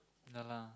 ya lah